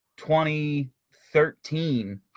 2013